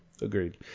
Agreed